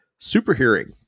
Superhearing